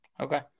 Okay